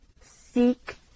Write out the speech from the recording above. seek